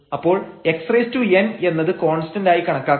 അപ്പോൾ xn എന്നത് കോൺസ്റ്റൻഡായി കണക്കാക്കാം